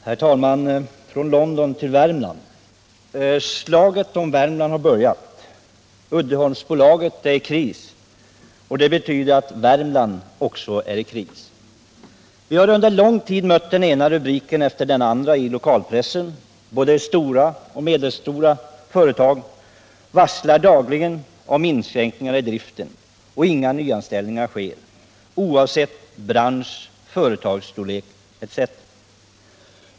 Herr talman! Från London till Värmland. Slaget om Värmland har börjat. Uddeholmsbolaget är i kris, och det betyder att Värmland också är i kris. Vi har under lång tid mött den ena rubriken efter den andra om detta i lokalpressen. Både stora och medelstora företag varslar dagligen om inskränkningar i driften och inga nyanställningar sker, oavsett bransch, företagsstorlek etc.